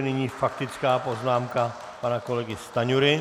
Nyní faktická poznámka pana kolegy Stanjury.